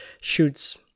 shoots